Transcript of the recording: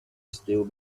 still